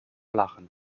lachen